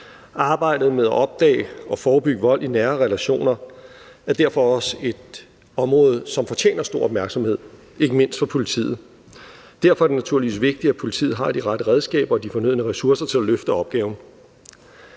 Arbejdet med at opdage og forebygge vold i nære relationer er derfor også et område, som fortjener stor opmærksomhed, ikke mindst fra politiets side. Derfor er det naturligvis vigtigt, at politiet har de rette redskaber og de fornødne ressourcer til at løfte opgaven.